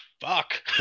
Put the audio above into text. fuck